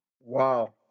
Wow